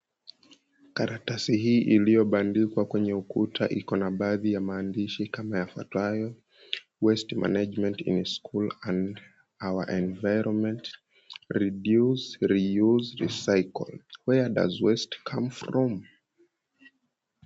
Karatasi hii iliyobandikwa kwenye ukuta iko na baadhi ya maandishi kama yafuatayo, "Waste management in school and our neighborhoods. Reduce. Re-use. Recycle. Where does waste come from."